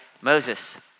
Moses